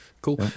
Cool